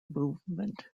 movement